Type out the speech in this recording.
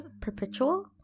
perpetual